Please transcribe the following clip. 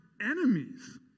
enemies